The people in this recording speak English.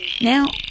Now